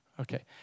Okay